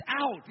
out